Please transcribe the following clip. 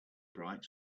bright